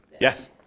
Yes